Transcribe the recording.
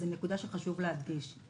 זו נקודה שחשוב להדגיש.